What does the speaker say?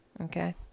Okay